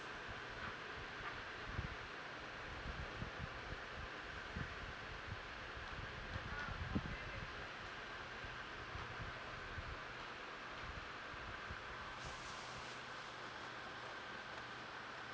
mm